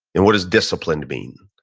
and what does disciplined mean,